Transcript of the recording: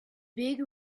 big